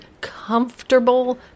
comfortable